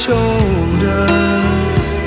Shoulders